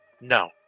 No